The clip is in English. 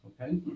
Okay